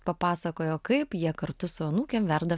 papasakojo kaip jie kartu su anūkėm verda